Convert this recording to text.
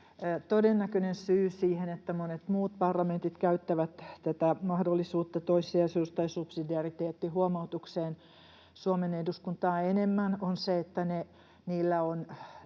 todennäköinen syy siihen, että monet muut parlamentit käyttävät tätä mahdollisuutta toissijaisuus- tai subsidiariteettihuomautukseen Suomen eduskuntaa enemmän, on se, että niillä on